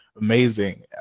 amazing